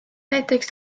näiteks